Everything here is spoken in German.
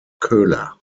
köhler